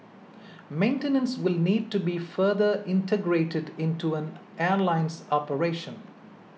maintenance will need to be further integrated into an airline's operation